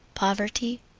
poverty.